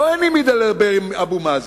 לא אין עם לדבר, עם אבו מאזן,